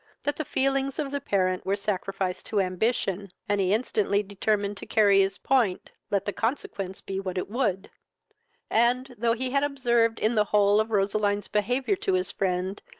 that the feelings of the parent were sacrificed to ambition, and he instantly determined to carry his point, let the consequence be what it would and, though he had observed, in the whole of roseline's behaviour to his friend,